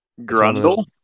Grundle